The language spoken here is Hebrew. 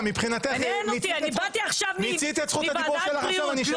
באתי עכשיו מוועדת בריאות.